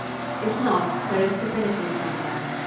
if not, there is stupidity somewhere.